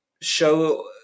show